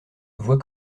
voie